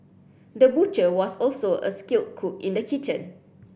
the butcher was also a skilled cook in the kitchen